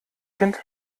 kind